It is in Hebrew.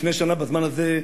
לפני שנה בזמן הזה,